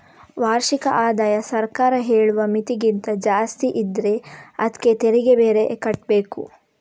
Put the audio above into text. ವಾರ್ಷಿಕ ಆದಾಯ ಸರ್ಕಾರ ಹೇಳುವ ಮಿತಿಗಿಂತ ಜಾಸ್ತಿ ಇದ್ರೆ ಅದ್ಕೆ ತೆರಿಗೆ ಬೇರೆ ಕಟ್ಬೇಕು